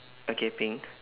okay pink